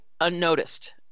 unnoticed